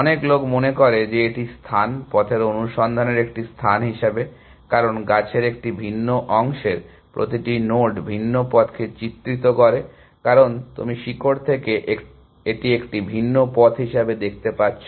অনেক লোক মনে করে যে এটি স্থান পথের অনুসন্ধানের একটি স্থান হিসাবে কারণ গাছের একটি ভিন্ন অংশের প্রতিটি নোড ভিন্ন পথকে চিত্রিত করে কারণ তুমি শিকড় থেকে এটি একটি ভিন্ন পথ হিসাবে দেখতে পাচ্ছ